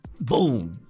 Boom